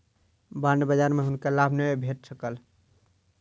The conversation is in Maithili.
बांड बजार में हुनका लाभ नै भेट सकल